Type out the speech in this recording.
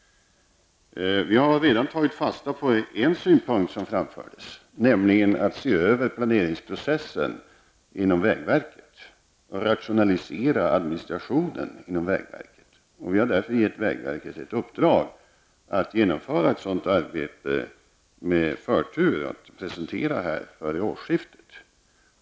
Vi har redan tagit fasta på en synpunkt som har framförts, nämligen när det gäller att se över planeringsprocessen och att rationalisera administrationen inom vägverket. Vi har därför gett vägverket i uppdrag att genomföra ett sådant arbete med förtur, som sedan skall presenteras här före årsskiftet.